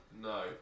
No